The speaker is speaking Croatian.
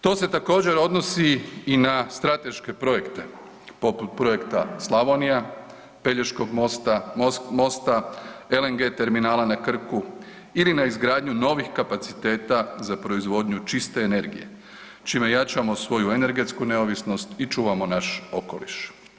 To se također odnosi i na strateške projekte, poput projekta Slavonija, Pelješkog mosta, LNG terminala na Krku ili na izgradnju novih kapaciteta za proizvodnju čiste energije čime jačamo svoju energetsku neovisnost i čuvamo naš okoliš.